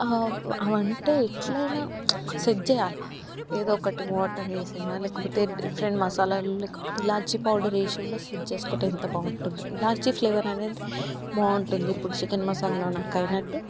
అవంటే ఎట్లయినా సెట్ చేయాలి ఏదోకటి వాటరేసినా లేకపోతే డిఫరెంట్ మసాలాలు లేకపోతే ఇలాచి పౌడర్ వేసి కూడా జస్ట్ ఒకటి ఎంత బాగుంటుందో ఇలాచి ఫ్లేవర్ అనేది బాగుంటుంది ఇప్పుడు చికెన్ మసాలాకి అయినట్టు